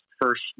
first